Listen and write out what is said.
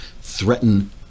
threaten